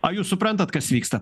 o jūs suprantat kas vyksta